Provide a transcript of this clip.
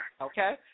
okay